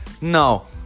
no